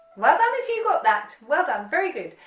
well done if you got that well done, very good.